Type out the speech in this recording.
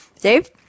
Dave